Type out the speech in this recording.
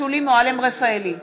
שולי מועלם-רפאלי,